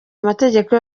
amategeko